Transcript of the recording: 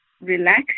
relax